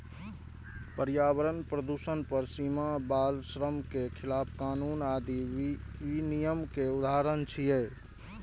पर्यावरण प्रदूषण पर सीमा, बाल श्रम के खिलाफ कानून आदि विनियम के उदाहरण छियै